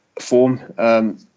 form